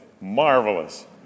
marvelous